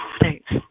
Thanks